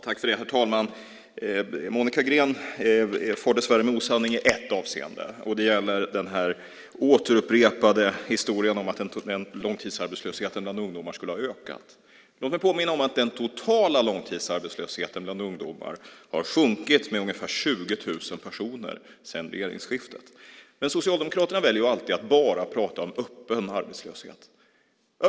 Herr talman! Monica Green far dessvärre med osanning i ett avseende, och det gäller den här upprepade historien om att långtidsarbetslösheten bland ungdomar skulle ha ökat. Låt mig påminna om att den totala långtidsarbetslösheten bland ungdomar har sjunkit med ungefär 20 000 personer sedan regeringsskiftet. Men Socialdemokraterna väljer alltid att bara prata om öppen arbetslöshet.